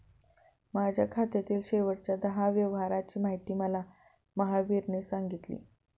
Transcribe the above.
माझ्या खात्यातील शेवटच्या दहा व्यवहारांची माहिती मला महावीरने सांगितली